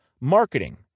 marketing